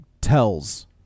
tells